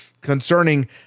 concerning